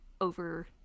over